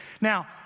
Now